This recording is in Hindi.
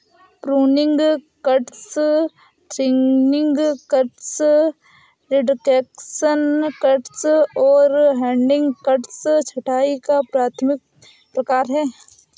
pruning cuts, thinning cuts, reduction cuts और हेडिंग कट्स छंटाई का प्राथमिक प्रकार हैं